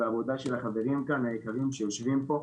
והעבודה של החברים היקרים כאן שיושבים פה,